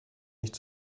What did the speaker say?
nicht